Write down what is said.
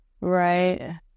Right